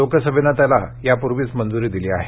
लोकसभेनं त्याला यापूर्वीच मंजुरी दिली आहे